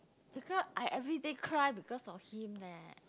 become I everyday cry because of him leh